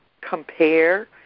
compare